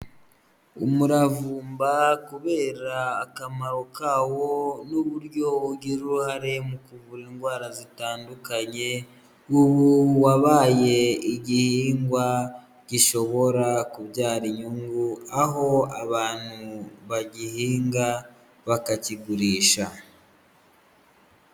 Umuravumba kubera akamaro kawo n'uburyo ugira uruhare mu kuvura indwara zitandukanye, ubu wabaye igihingwa gishobora kubyara inyungu aho abantu bagihinga bakakigurisha.